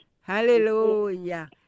Hallelujah